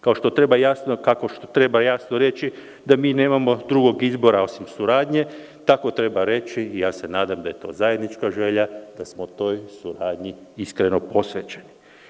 Kao što treba jasno reći – mi nemamo drugog izbora osim suradnje, tako treba reći, i nadam se da je to zajednička želja, da smo toj suradnji iskreno posvećeni.